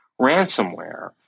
ransomware